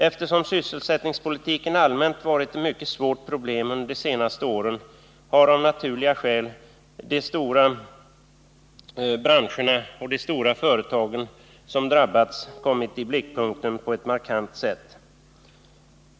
Eftersom sysselsättningspolitiken allmänt varit ett mycket svårt problem under de senaste åren har av naturliga skäl de stora branscherna och de stora företagen som drabbats kommit i blickpunkten på ett markant sätt.